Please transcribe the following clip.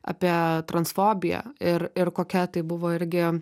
apie transfobiją ir ir kokia tai buvo irgi